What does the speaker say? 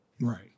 Right